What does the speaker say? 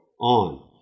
on